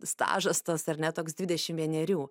stažas tas ar ne toks dvidešim vienerių